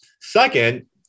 Second